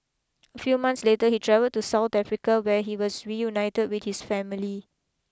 a few months later he travelled to South Africa where he was reunited with his family